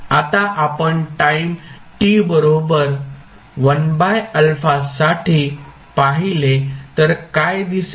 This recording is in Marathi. आता आपण टाईम t बरोबर 1α साठी पाहिले तर काय दिसेल